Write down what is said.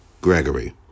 Gregory